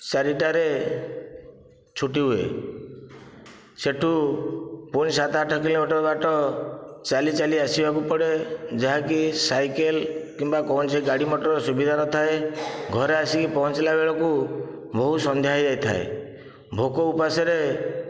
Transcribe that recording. ଚାରିଟାରେ ଛୁଟି ହୁଏ ସେଠୁ ପୁଣି ସାତ ଆଠ କିଲୋମିଟର ବାଟ ଚାଲି ଚାଲି ଆସିବାକୁ ପଡ଼େ ଯାହାକି ସାଇକେଲ କିମ୍ବା କୌଣସି ଗାଡ଼ି ମଟରର ସୁବିଧା ନଥାଏ ଘରେ ଆସିକି ପହଞ୍ଚିଲା ବେଳକୁ ବହୁ ସନ୍ଧ୍ୟା ହୋଇଯାଇଥାଏ ଭୋକଉପାସରେ